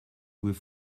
with